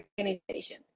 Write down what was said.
organization